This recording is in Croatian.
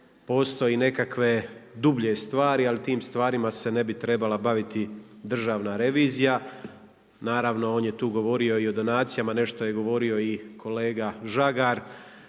postoje nekakve dublje stvari, ali tim stvarima se ne bi trebala baviti Državna revizija. Naravno on je tu govorio i o donacijama, nešto je govorio i kolega Žagar